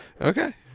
Okay